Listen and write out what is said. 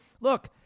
look